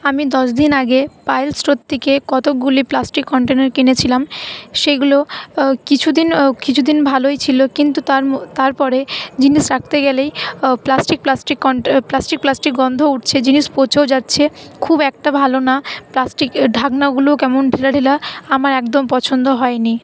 আমি দশদিন আগে পায়েল স্টোর থেকে কতগুলি প্লাস্টিক কন্টেনার কিনেছিলাম সেগুলো কিছুদিন কিছুদিন ভালোই ছিল কিন্তু তার তারপরে জিনিস রাখতে গেলেই প্লাস্টিক প্লাস্টিক প্লাস্টিক প্লাস্টিক গন্ধ উঠছে জিনিস পচেও যাচ্ছে খুব একটা ভালো না প্লাস্টিকের ঢাকনাগুলোও কেমন ঢিলা ঢিলা আমার একদম পছন্দ হয়নি